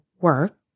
work